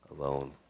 alone